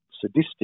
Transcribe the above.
sadistic